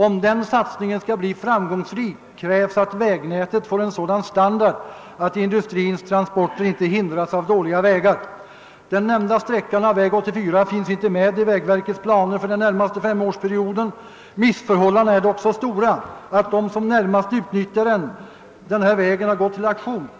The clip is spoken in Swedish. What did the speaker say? Om den satsningen skall bli framgångsrik krävs att vägnätet får en sådan standard att industrins transporter inte hindras av dåliga vägar. Den nämnda sträckan av väg 84 finns inte med i vägverkets planer för den närmaste femårsperioden. Missförhållandena är dock så stora att de som närmast utnyttjar vägen har gått till aktion.